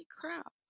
crap